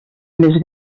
més